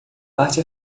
parte